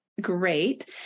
great